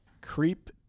Creep